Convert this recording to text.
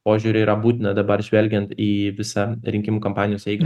požiūriu yra būtina dabar žvelgiant į visą rinkimų kampanijos eigą